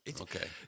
Okay